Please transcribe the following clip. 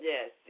Yes